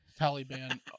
Taliban